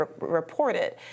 reported